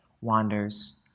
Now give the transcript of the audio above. wanders